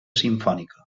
simfònica